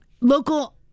Local